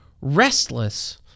restless